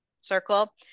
circle